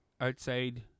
outside